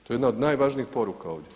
To je jedna od najvažnijih poruka ovdje.